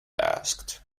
asked